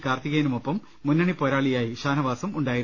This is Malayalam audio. കാർത്തികേയനുമൊപ്പം മുന്ന ണിപോരാളിയായി ഷാനവാസും ഉണ്ടായിരുന്നു